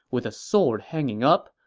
with a sword hanging up,